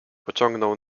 pociągnął